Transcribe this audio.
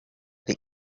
the